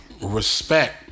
respect